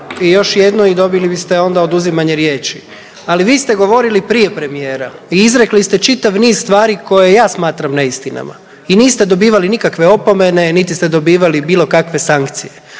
I još jednu i dobili biste onda oduzimanje riječi. Ali vi ste govorili prije premijera i izrekli čitav niz stvari koje ja smatram neistinama i niste dobivali nikakve opomene niti ste dobivali bilo kakve sankcije,